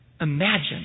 Imagine